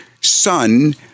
son